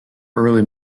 early